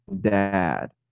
dad